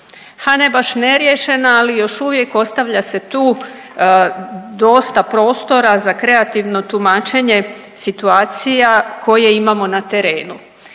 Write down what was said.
ha ne baš neriješena, ali još uvijek ostavlja se tu dosta prostora za kreativno tumačenje situacija koje imamo na terenu.